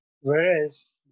Whereas